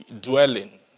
dwelling